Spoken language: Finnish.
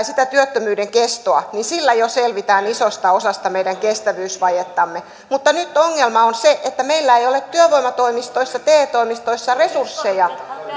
sitä työttömyyden kestoa saadaan lyhenemään niin sillä jo selvitään isosta osasta meidän kestävyysvajettamme mutta nyt ongelma on se että meillä ei ole työvoimatoimistoissa te toimistoissa resursseja